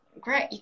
great